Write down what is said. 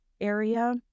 area